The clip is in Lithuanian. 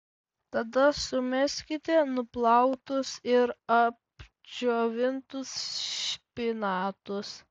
tada sumeskite nuplautus ir apdžiovintus špinatus